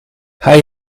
hij